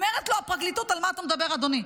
אומרת לו הפרקליטות: על מה אתה מדבר, אדוני?